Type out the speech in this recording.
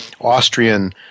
Austrian